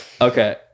okay